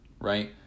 right